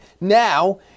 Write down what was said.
now